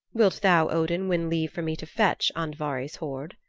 wilt thou, odin, win leave for me to fetch andvari's hoard?